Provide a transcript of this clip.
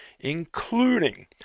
Including